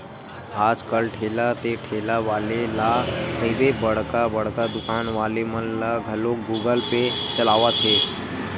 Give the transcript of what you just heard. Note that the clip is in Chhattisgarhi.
आज कल ठेला ते ठेला वाले ला कहिबे बड़का बड़का दुकान वाले मन ह घलोक गुगल पे चलावत हे